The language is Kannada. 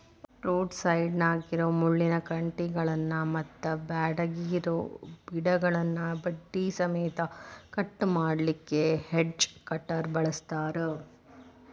ರೋಡ್ ಸೈಡ್ನ್ಯಾಗಿರೋ ಮುಳ್ಳಿನ ಕಂಟಿಗಳನ್ನ ಮತ್ತ್ ಬ್ಯಾಡಗಿರೋ ಗಿಡಗಳನ್ನ ಬಡ್ಡಿ ಸಮೇತ ಕಟ್ ಮಾಡ್ಲಿಕ್ಕೆ ಹೆಡ್ಜ್ ಕಟರ್ ಬಳಸ್ತಾರ